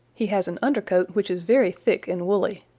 he has an undercoat which is very thick and woolly.